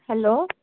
hello